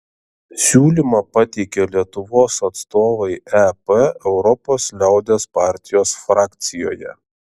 siūlymą pateikė lietuvos atstovai ep europos liaudies partijos frakcijoje